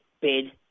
bid